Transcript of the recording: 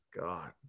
God